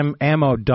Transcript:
ammo